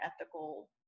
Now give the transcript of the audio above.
ethical